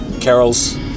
Carol's